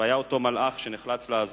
והיה אותו מלאך שנחלץ לעזור.